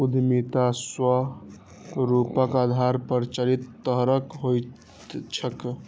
उद्यमिता स्वरूपक आधार पर चारि तरहक होइत छैक